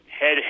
head